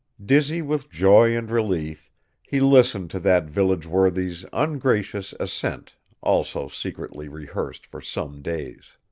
dizzy with joy and relief he listened to that village worthy's ungracious assent also secretly rehearsed for some days.